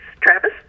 travis